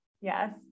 yes